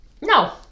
no